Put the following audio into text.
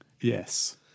Yes